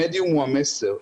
המדיום הוא המסר.